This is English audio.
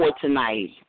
tonight